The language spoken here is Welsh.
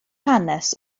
hanes